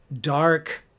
dark